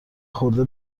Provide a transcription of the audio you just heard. خورده